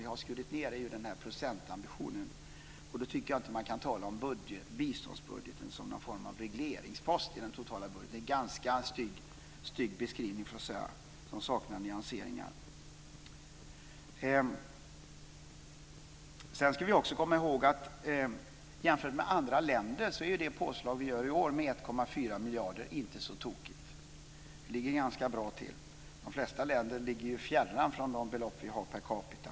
Vi har skurit ned när det gäller procentambitionen. Och då tycker jag inte att man kan tala om biståndsbudgeten som någon form av regleringspost i den totala budgeten. Det är en ganska stygg beskrivning som saknar nyanseringar. Sedan ska vi också komma ihåg att det påslag som vi gör i år med 1,4 miljarder inte är så tokigt jämfört med andra länder. Vi ligger ganska bra till. De flesta länder ligger fjärran från de belopp som vi har per capita.